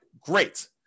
great